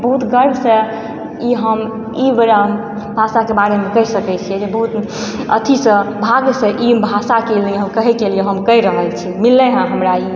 बहुत गर्वसँ ई हम ई भाषाके बारेमे कहि सकैत छियै जे बहुत अथिसँ भागसँ ई भाषा कहैके लिए हम कहि रहल छी मिललै हँ हमरा ई